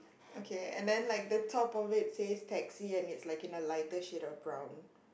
okay and then like the top of it says taxi and it's like in a lighter shade of brown